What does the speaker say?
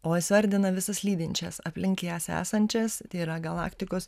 o jis vardina visas lydinčias aplink jas esančias tai yra galaktikos